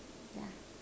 yeah